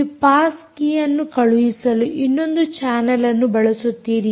ನೀವು ಪಾಸ್ ಕೀಯನ್ನು ಕಳುಹಿಸಲು ಇನ್ನೊಂದು ಚಾನಲ್ ಅನ್ನು ಬಳಸುತ್ತೀರಿ